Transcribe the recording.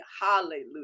Hallelujah